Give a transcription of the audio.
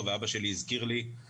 אני קוראת לו פרופסור תמיד.